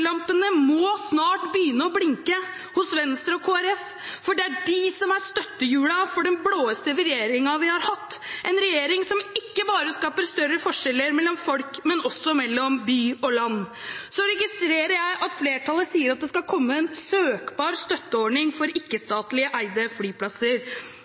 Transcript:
snart må begynne å blinke hos Venstre og Kristelig Folkeparti, for det er de som er støttehjulene for den blåeste regjeringen vi har hatt, en regjering som ikke bare skaper større forskjeller mellom folk, men også mellom by og land. Så registrerer jeg at flertallet sier at det skal komme en søkbar støtteordning for